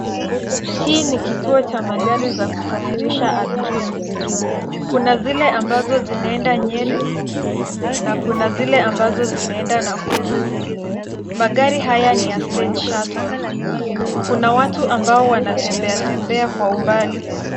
Hii ni kituo cha magari za kusafirisha abiria. Kuna zile ambazo zinaenda Nyeri na kuna zile ambazo zinaenda Nakuru. Magari haya ni ya Stage Shuttle . Kuna watu ambao wanatembea tembea kwa umbali.